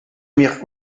mirent